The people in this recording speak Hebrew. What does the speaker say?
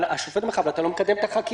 אבל השופט אומר לך: אבל אתה לא מקדם את החקירה.